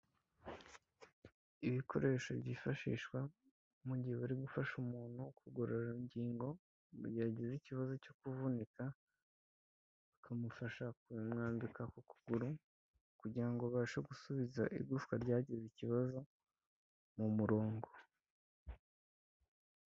Ibikoresho byifashishwa mu gihe bari gufasha umuntu kugororangingo, igihe agize ikibazo cyo kuvunika bakamufasha kumwambika ku kuguru kugira ngo babashe gusubiza igufwa ryagize ikibazo mu murongo.